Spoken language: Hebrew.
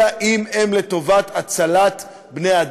אלא אם כן הם לטובת הצלת בני-אדם,